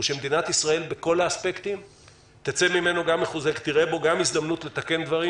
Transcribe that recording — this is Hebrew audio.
שמדינת ישראל תנצל אותו כפלטפורמה לתיקון דברים.